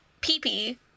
pee-pee